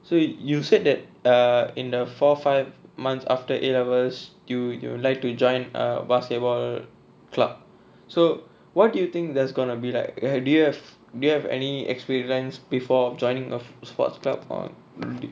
so you you said that err in the four five months after A levels you you would like to join a basketball club so what do you think there's gonna be like do you have do you have any experience before of joining a sports club